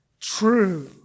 true